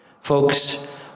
folks